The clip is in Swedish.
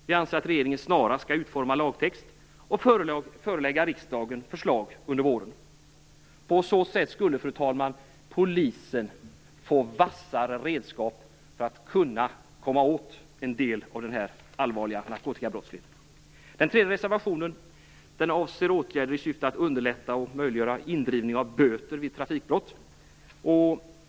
Vi anser att regeringen snarast skall utforma lagtext och förelägga riksdagen förslag under våren. På så sätt skulle, fru talman, polisen få vassare redskap för att kunna komma åt en del av den här allvarliga narkotikabrottsligheten. Den tredje reservationen avser åtgärder i syfte att underlätta och möjliggöra indrivning av böter vid trafikbrott.